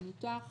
מנותח,